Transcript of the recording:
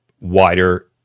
wider